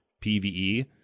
PVE